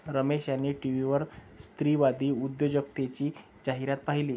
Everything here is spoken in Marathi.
रमेश यांनी टीव्हीवर स्त्रीवादी उद्योजकतेची जाहिरात पाहिली